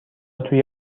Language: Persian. توی